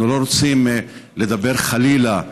אנחנו לא רוצים לדבר חלילה,